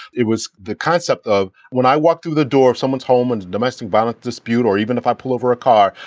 it was the concept of when i walk through the door of someone's home and domestic violence dispute or even if i pull over a car,